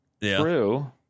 True